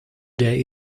day